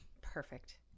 Perfect